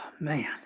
man